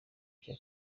cya